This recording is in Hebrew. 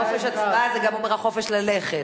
חופש הצבעה זה גם אומר החופש ללכת,